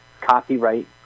copyright